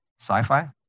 sci-fi